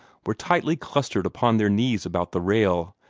were tightly clustered upon their knees about the rail,